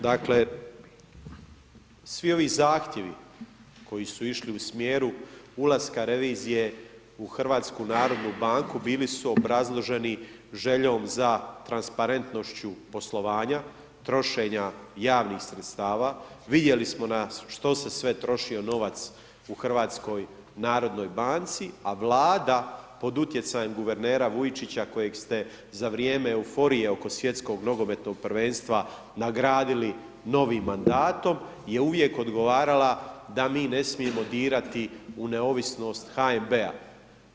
Dakle, svi ovi zahtjevi koji su išli u smjeru ulaska revizije u HNB bili su obrazloženi željom za transparentnošću poslovanja, trošenja javnih sredstava, vidjeli smo na što se sve trošio novac u HNB-u, a Vlada pod utjecajem guvernera Vujčića kojeg ste za vrijeme euforije oko Svjetskog nogometnog prvenstva nagradili novim mandatom je uvijek odgovarala da mi ne smijemo dirati u neovisnost HNB-a.